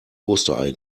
osterei